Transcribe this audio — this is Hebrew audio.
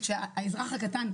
האזרח הקטן,